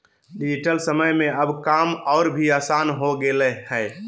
digital समय में अब काम और भी आसान हो गेलय हें